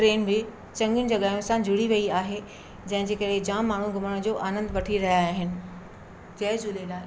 train बि चङियुनि जॻहियुनि सां जुड़ी वई आहे जंहिंजे करे जाम माण्हू घुमण जो आनंद वठी रहिया आहिनि जय झूलेलाल